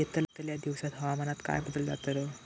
यतल्या दिवसात हवामानात काय बदल जातलो?